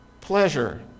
Pleasure